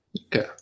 Okay